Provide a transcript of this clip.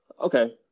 Okay